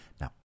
Now